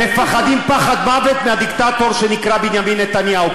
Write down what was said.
מפחדים פחד מוות מהדיקטטור שנקרא בנימין נתניהו,